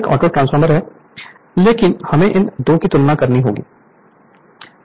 Refer Slide Time 1948 यह एक autotransformer है लेकिन हमें इन 2 की तुलना करनी होगी